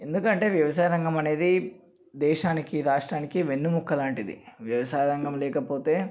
ఎందుకంటే వ్యవసాయ రంగం అనేది దేశానికి రాష్ట్రానికి వెన్నుముక్క లాంటిది వ్యవసాయ రంగం లేకపోతే